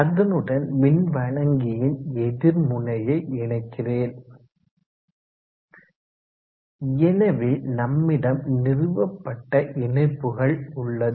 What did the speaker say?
அதனுடன் மின்வழங்கியின் எதிர்முனையை இணைக்கிறேன் எனவே நம்மிடம் நிறுவப்பட்ட இணைப்புகள் உள்ளது